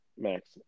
Max